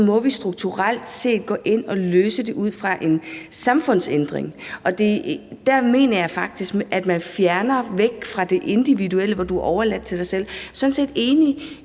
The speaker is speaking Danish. må vi strukturelt set gå ind og løse det ud fra en samfundsændring. Og der mener jeg faktisk, at man fjerner det fra det individuelle, hvor du er overladt til sig selv. Jeg er sådan set enig